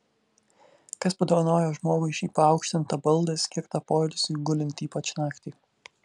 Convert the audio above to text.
kas padovanojo žmogui šį paaukštintą baldą skirtą poilsiui gulint ypač naktį